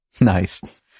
Nice